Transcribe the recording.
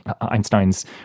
Einstein's